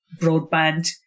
broadband